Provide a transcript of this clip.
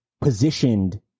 positioned